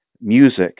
music